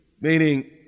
meaning